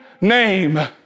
name